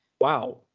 Wow